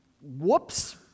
Whoops